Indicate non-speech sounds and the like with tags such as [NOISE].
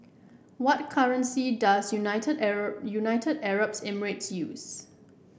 what currency does United [UNINTELLIGIBLE] United Arab Emirates use